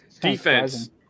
Defense